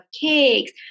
cakes